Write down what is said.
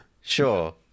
sure